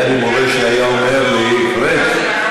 פריג',